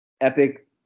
epic